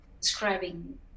describing